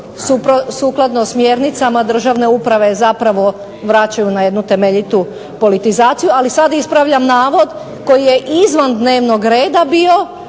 sukladno smjernicama državne uprave zapravo vraćaju na jednu temeljitu politizaciju. Ali sad ispravljam navod koji je izvan dnevnog reda bio,